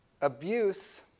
Abuse